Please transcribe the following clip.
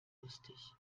lustig